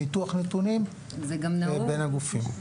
ניתוח נתונים בין הגופים,